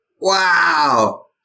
Wow